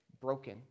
broken